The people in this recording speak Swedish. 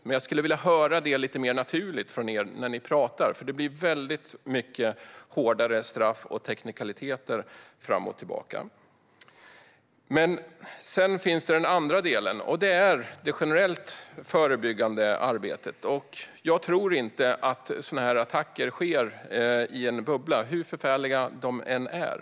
Men jag skulle vilja höra det lite mer naturligt från er när ni talar, eftersom det blir mycket tal om hårdare straff och teknikaliteter fram och tillbaka. Sedan finns den andra delen, och det är det generellt förebyggande arbetet. Jag tror inte att sådana här attacker sker i en bubbla, hur förfärliga de än är.